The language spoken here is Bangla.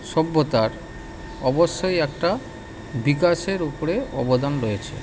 সভ্যতার অবশ্যই একটা বিকাশের উপরে অবদান রয়েছে